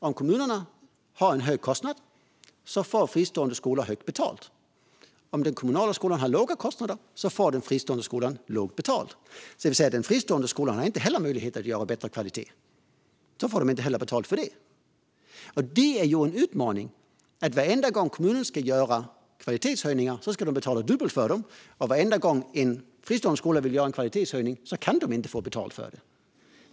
Om kommunerna har en hög kostnad får fristående skolor högt betalt. Om den kommunala skolan har låga kostnader får fristående skolor lågt betalt. Den fristående skolan har med andra ord inte heller möjlighet att förbättra kvaliteten, för de får inte betalt för det. Varenda gång en kommun ska göra en kvalitetshöjning ska de betala dubbelt, och varenda gång en fristående skola vill göra en kvalitetshöjning kan de inte få betalt för det.